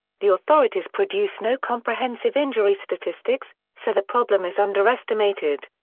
the authorities produce no comprehensive injury statistics, so the problem is underestimated.